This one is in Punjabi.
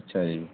ਅੱਛਾ ਜੀ